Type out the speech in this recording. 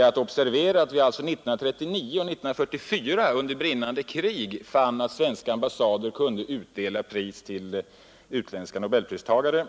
är att observera att vi 1939 och 1944 under brinnande krig fann att svenska ambassader kunde utdela pris till utländska nobelpristagare.